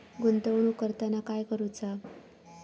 गुंतवणूक करताना काय करुचा?